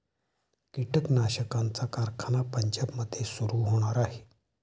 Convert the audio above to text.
कीटकनाशकांचा कारखाना पंजाबमध्ये सुरू होणार आहे